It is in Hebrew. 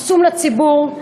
חסום לציבור,